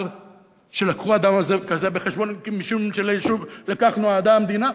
שלקחו אדם כזה בחשבון משום שלשם כך נועדה המדינה,